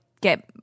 get